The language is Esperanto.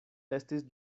estis